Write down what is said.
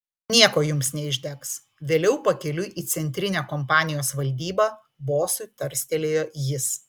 nieko jums neišdegs vėliau pakeliui į centrinę kompanijos valdybą bosui tarstelėjo jis